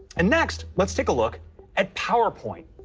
and next let's take a look at powerpoint.